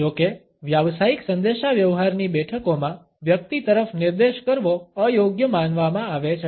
જો કે વ્યાવસાયિક સંદેશાવ્યવહારની બેઠકોમાં વ્યક્તિ તરફ નિર્દેશ કરવો અયોગ્ય માનવામાં આવે છે